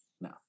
No